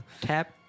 Tap